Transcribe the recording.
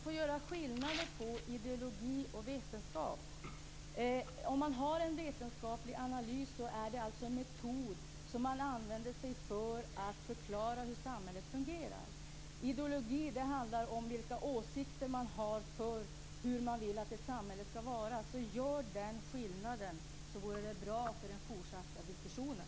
Herr talman! Man får göra skillnad på ideologi och vetenskap. Om man har en vetenskaplig analys är det alltså en metod som man använder för att förklara hur samhället fungerar. Ideologi handlar om vilka åsikter man har och hur man vill att ett samhälle skall vara. Gör den skillnaden! Det vore bra för den fortsatta diskussionen.